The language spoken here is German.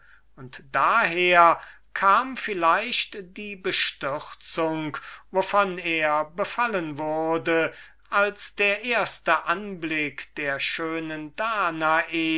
und daher kam vielleicht die bestürzung wovon er befallen wurde als der erste anblick der schönen danae